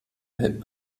hip